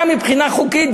גם מבחינה חוקית,